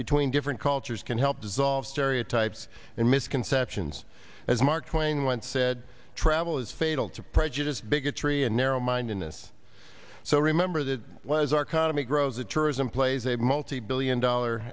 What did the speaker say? between different cultures can help dissolve stereotypes and misconceptions as mark twain once said travel is fatal to prejudice bigotry and narrow mindedness so remember that was our economy grows and tourism plays a multibillion dollar